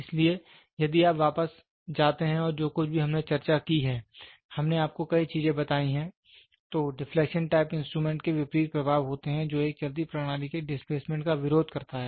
इसलिए यदि आप वापस जाते हैं और जो कुछ भी हमने चर्चा की है हमने आपको कई चीजें बताई हैं तो डिफलेक्शन टाइप इंस्ट्रूमेंट के विपरीत प्रभाव होते है जो एक चलती प्रणाली के डिस्प्लेसमेंट का विरोध करता है